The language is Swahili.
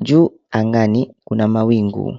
juu angani kuna mawingu.